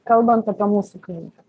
kalbant apie mūsų kliniką